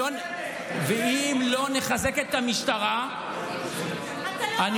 ואם לא נחזק את המשטרה, הצעת חוק מצוינת.